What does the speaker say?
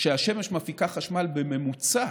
השמש מפיקה חשמל בממוצע